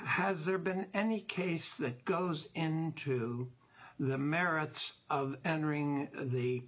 has there been any case that goes to the merits of entering the